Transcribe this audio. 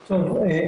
טוב,